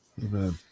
Amen